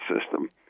system